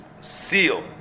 seal